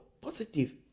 positive